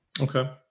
Okay